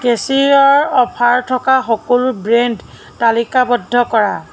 কেচিঅ'ৰ offer থকা সকলো brand তালিকাবদ্ধ কৰা